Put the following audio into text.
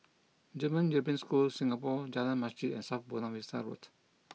German European School Singapore Jalan Masjid and South Buona Vista Road